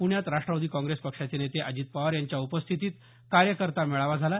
प्रण्यात राष्टवादी काँग्रेस पक्षाचे नेते अजित पवार यांच्या उपस्थितीत कार्यकर्ता मेळावा झाला